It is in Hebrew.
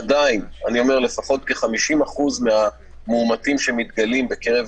עדיין לפחות כ-50% מהמאומתים שמתגלים בקרב